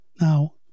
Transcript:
Now